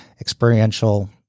experiential